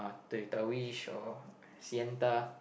Toyota-Wish or Sienta